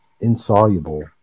insoluble